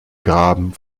graben